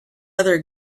other